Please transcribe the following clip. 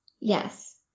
yes